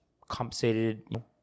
compensated